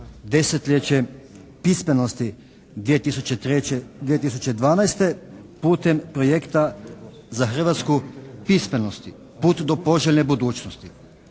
Desetljeće pismenosti 2003.-2012. putem projekta za Hrvatsku pismenosti "Put do poželjne budućnosti".